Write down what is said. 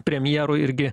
premjerui irgi